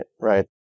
right